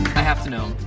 i have to know,